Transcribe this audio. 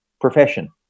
profession